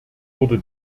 wurde